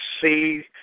see